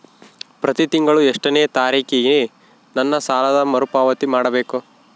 ಪ್ರತಿ ತಿಂಗಳು ಎಷ್ಟನೇ ತಾರೇಕಿಗೆ ನನ್ನ ಸಾಲದ ಮರುಪಾವತಿ ಮಾಡಬೇಕು?